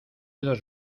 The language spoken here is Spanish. dos